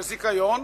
יש זיכיון,